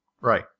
Right